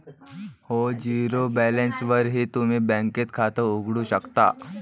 हो, झिरो बॅलन्सवरही तुम्ही बँकेत खातं उघडू शकता